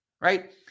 right